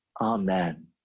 Amen